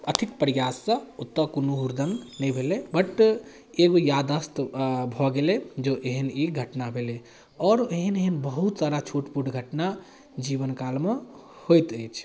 अथक प्रयाससँ ओतऽ कोनो हुड़दङ्ग नहि भेलै बट एगो याददाश्त भऽ गेलै जँ ई एहन ई घटना भेलै आओर एहन एहन बहुत सारा छोटपुट घटना जीवनकालमे होइत अछि